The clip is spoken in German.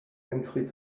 winfried